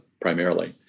primarily